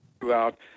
throughout